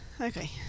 Okay